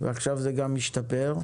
ועכשיו זה גם משתפר,